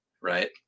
right